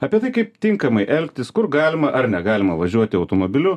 apie tai kaip tinkamai elgtis kur galima ar negalima važiuoti automobiliu